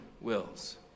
wills